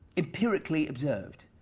empirically observed.